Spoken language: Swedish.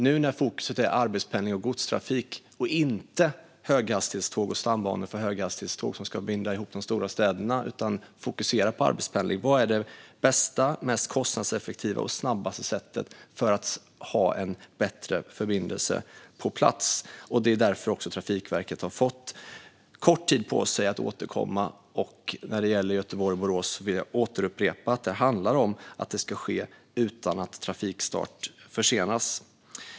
Nu är fokuset på arbetspendling och godstrafik och inte på höghastighetståg och stambanor för höghastighetståg som ska binda ihop de stora städerna. Vad är då det bästa, mest kostnadseffektiva och snabbaste sättet att få en bättre förbindelse på plats? Det är också därför Trafikverket har fått kort tid på sig att återkomma. När det gäller Göteborg-Borås vill jag upprepa att det ska ske utan att trafikstart försenas.